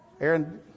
Aaron